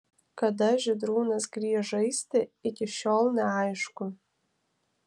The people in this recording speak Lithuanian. kada žydrūnas grįš žaisti iki šiol neaišku